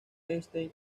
einstein